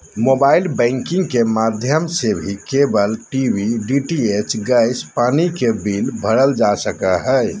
mobile banking के माध्यम से भी केबल टी.वी, डी.टी.एच, गैस, पानी के बिल भरल जा सको हय